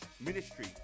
ministry